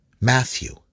Matthew